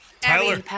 Tyler